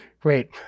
Great